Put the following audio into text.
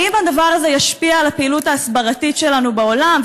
האם הדבר הזה ישפיע על פעילות ההסברה שלנו בעולם?